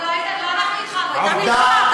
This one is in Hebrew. אבל לא אנחנו התחלנו, הייתה מלחמה.